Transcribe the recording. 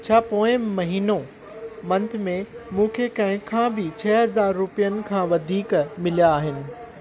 छा पोएं महीनो मंथ में मूंखे कंहिं खां बि छह हज़ार रुपयनि खां वधीक मिलिया आहिनि